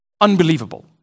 unbelievable